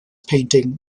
painting